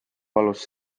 palus